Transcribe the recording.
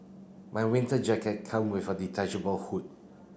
my winter jacket come with a detachable hood